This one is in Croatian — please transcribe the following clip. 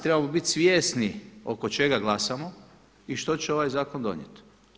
Trebamo biti svjesni oko čega glasamo i što će ovaj zakon donijeti.